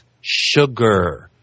sugar